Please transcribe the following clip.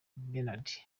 bernard